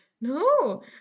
No